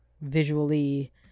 visually